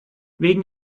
wegen